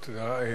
תודה.